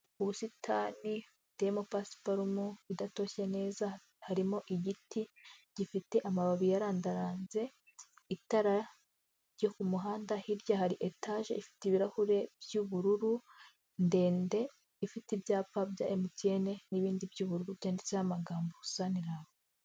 Ubusitani buteyemo pasiparumu, idatoshye neza, harimo igiti gifite amababi yarandaranze, itara ryo ku muhanda, hirya hari etaje ifite ibirahure by'ubururu, ndende, ifite ibyapa bya MTN n'ibindi by'ubururu byanditse n'amagambo Saniramu.